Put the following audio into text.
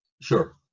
Sure